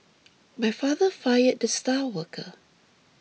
my father fired the star worker